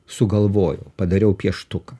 sugalvojau padariau pieštuką